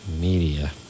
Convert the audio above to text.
media